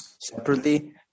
separately